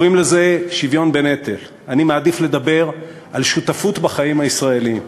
קוראים לזה "שוויון בנטל"; אני מעדיף לדבר על שותפות בחיים הישראליים.